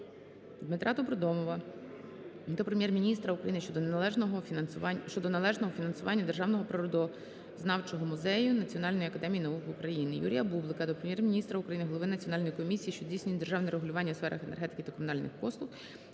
Дмитра Добродомова до Прем'єр-міністра України щодо належного фінансування Державного природознавчого музею Національної академії наук України. Юрія Бублика до Прем'єр-міністра України, Голови Національної комісії, що здійснює державне регулювання у сферах енергетики та комунальних послуг